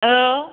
औ